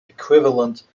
equivalent